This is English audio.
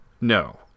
No